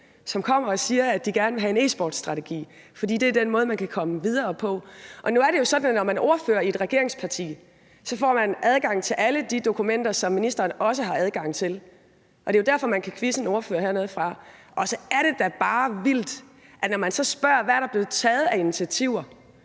som kommer og siger, at de gerne vil have en e-sportstrategi, fordi det er den måde, man kan komme videre på? Nu er det jo sådan, at når man er ordfører i et regeringsparti, får man adgang til alle de dokumenter, som ministeren også har adgang til, og det er jo derfor, man kan quizze en ordfører hernedefra, og så er det da bare vildt, at når man så spørger, hvad der er blevet taget af initiativer,